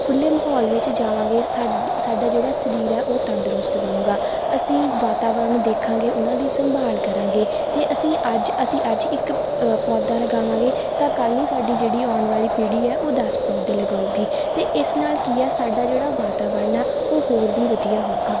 ਖੁੱਲ੍ਹੇ ਮਾਹੌਲ ਵਿੱਚ ਜਾਵਾਂਗੇ ਸਾਡ ਸਾਡਾ ਜਿਹੜਾ ਸਰੀਰ ਹੈ ਉਹ ਤੰਦਰੁਸਤ ਬਣੇਗਾ ਅਸੀਂ ਵਾਤਾਵਰਨ ਦੇਖਾਂਗੇ ਉਹਨਾਂ ਦੀ ਸੰਭਾਲ ਕਰਾਂਗੇ ਜੇ ਅਸੀਂ ਅੱਜ ਅਸੀਂ ਅੱਜ ਇੱਕ ਪੌਦਾ ਲਗਾਵਾਂਗੇ ਤਾਂ ਕੱਲ੍ਹ ਨੂੰ ਸਾਡੀ ਜਿਹੜੀ ਆਉਣ ਵਾਲੀ ਪੀੜ੍ਹੀ ਹੈ ਉਹ ਦਸ ਪੌਦੇ ਲਗਾਉਗੀ ਅਤੇ ਇਸ ਨਾਲ ਕੀ ਆ ਸਾਡਾ ਜਿਹੜਾ ਵਾਤਾਵਰਨ ਆ ਉਹ ਹੋਰ ਵੀ ਵਧੀਆ ਹੋਵੇਗਾ